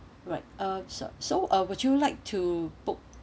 alright uh so so uh would you like to book